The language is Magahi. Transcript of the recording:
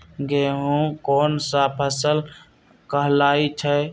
गेहूँ कोन सा फसल कहलाई छई?